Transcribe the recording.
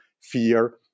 fear